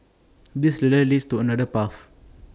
this ladder leads to another path